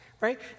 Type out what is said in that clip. right